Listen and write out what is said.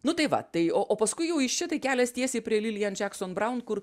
nu tai va tai o o paskui jau iš čia tai kelias tiesiai prie lilian jackson braun kur